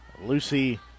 Lucy